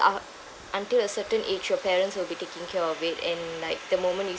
uh until a certain age your parents will be taking care of it and like the moment you